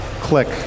Click